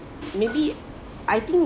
maybe I think